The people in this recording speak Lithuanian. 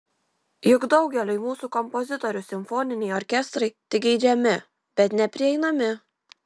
juk daugeliui mūsų kompozitorių simfoniniai orkestrai tik geidžiami bet neprieinami